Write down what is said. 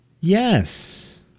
Yes